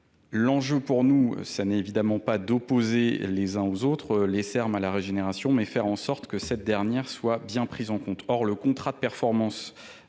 L'enjeu, pour nous, ce n'est évidemment pas d'opposer les uns aux autres les serme à la régénération mais faire en sorte que cette dernière soit bien prise en compte hors le contrat de performance